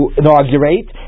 inaugurate